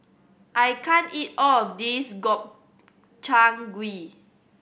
I can't eat all of this Gobchang Gui